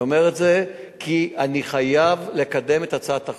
אני אומר את זה כי אני חייב לקדם את הצעת החוק,